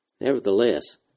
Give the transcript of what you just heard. Nevertheless